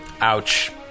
Ouch